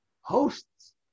hosts